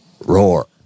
Roar